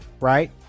Right